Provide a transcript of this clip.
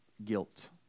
guilt